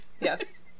Yes